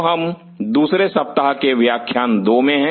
तो हम दूसरे सप्ताह के व्याख्यान दो में हैं